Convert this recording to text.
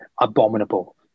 abominable